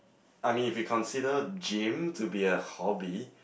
I mean if you consider gym to be a hobby